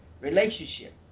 relationship